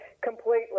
Completely